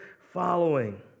following